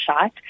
shot